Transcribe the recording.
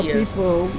people